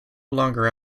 longer